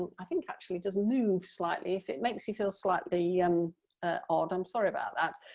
um i think, actually does move slightly if it makes you feel slightly um odd i'm sorry about that.